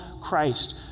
Christ